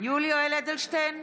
יולי יואל אדלשטיין,